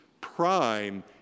prime